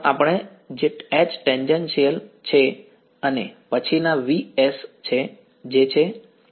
પ્રથમ આપણે છીએ જે H ટેંજ્ન્ટીયલ છે અને પછીના v s છે જે છે